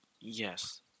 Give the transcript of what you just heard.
Yes